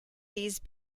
these